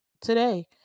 today